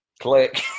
Click